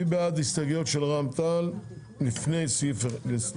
מי בעד הסתייגויות של רע"מ ותע"ל לפני הסעיף?